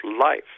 life